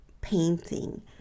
painting